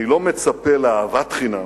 אני לא מצפה לאהבת חינם,